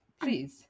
Please